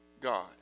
God